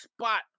spot